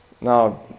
Now